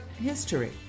history